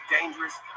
dangerous